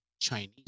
Chinese